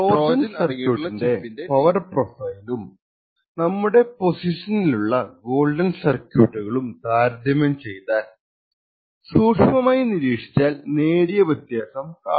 ഇപ്പോൾ നമ്മൾ ട്രോജൻ സർക്യൂട്ടിന്റെ പവർ പ്രൊഫൈലും നമ്മുടെ പൊസിഷനിലുള്ള ഗോൾഡൻ സർക്യൂട്ടുകളും താരതമ്യം ചെയ്താൽ സൂക്ഷ്മമായി നിരീക്ഷിച്ചാൽ നേരിയ വ്യത്യാസം കാണാം